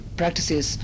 practices